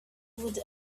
would